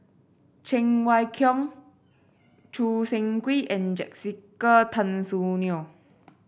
Cheng Wai Keung Choo Seng Quee and Jessica Tan Soon Neo